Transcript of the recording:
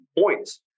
points